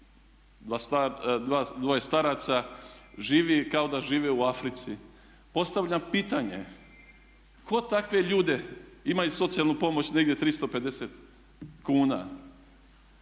dvoje staraca živi kao da žive u Africi. Postavljam pitanje tko takve ljude, imaju socijalnu pomoć negdje 350 kn.